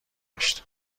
گشت